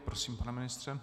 Prosím, pane ministře.